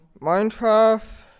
Minecraft